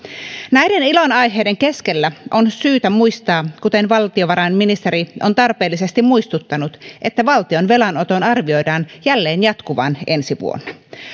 näiden ilonaiheiden keskellä on syytä muistaa kuten valtiovarainministeri on tarpeellisesti muistuttanut että valtion velanoton arvioidaan jälleen jatkuvan ensi vuonna